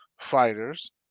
fighters